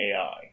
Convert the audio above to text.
AI